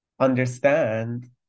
understand